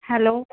hello